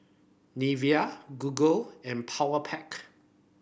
Nivea Google and Powerpac